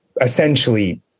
essentially